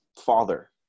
father